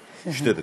לא, שתי דקות.